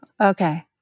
Okay